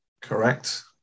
Correct